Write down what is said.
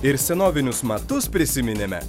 ir senovinius matus prisiminėme